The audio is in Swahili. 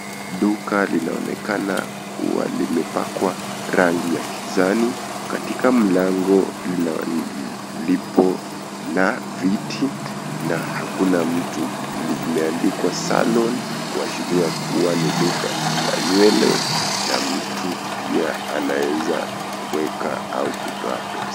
Duka linaonekana kuwa limepakwa rangi ya kijani katika mlango lipo na viti na hakuna mtu, limeeandikwa (cs)salon(cs) kuashiria kuwa ni duka la nywele na mtu pia anaeza kuweka au kutoa pesa.